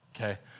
okay